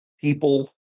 people